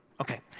Okay